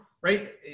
right